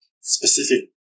specific